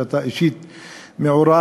שאתה אישית מעורב,